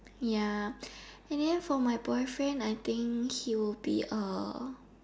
ya and then for my boyfriend I think he will be a